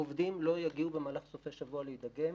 עובדים לא יגיעו במהלך סופי שבוע להידגם.